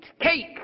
cake